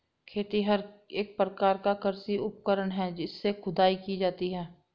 खेतिहर एक प्रकार का कृषि उपकरण है इससे खुदाई की जाती है